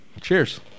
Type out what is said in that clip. cheers